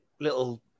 little